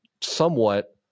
somewhat